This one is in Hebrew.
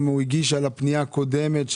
הוא גם הגיש על הפנייה הקודמת,